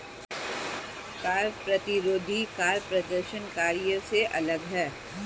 कर प्रतिरोधी कर प्रदर्शनकारियों से अलग हैं